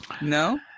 No